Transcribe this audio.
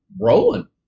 rolling